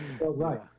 Right